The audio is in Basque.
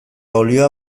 olioa